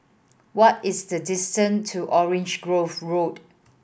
what is the distance to Orange Grove Road